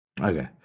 Okay